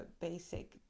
basic